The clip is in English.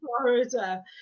Florida